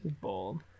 Bold